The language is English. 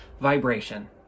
vibration